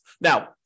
Now